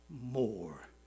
more